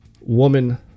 woman